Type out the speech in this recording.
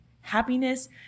Happiness